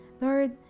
lord